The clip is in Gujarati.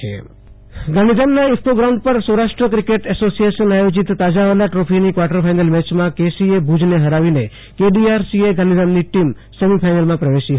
આશુતોષ અંતાણી ક્રિકેટ તાજાવાલા ટ્રોફી ગાંધીધામના ઇફકો ગ્રાઉન્ડ પર સૌરાષ્ટ્ર ક્રીક્રત એસોસિયેશન આયોજિત તાજાવાલા ટ્રોકીની ક્વાટર ફાઈનલ મેચમાં કેસીએ ભુજને હરાવીને કેડીઆરસીએ ગાંધીધામની ટીમ સેમીફીનાલમાં પ્રવેશી હતી